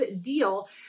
deal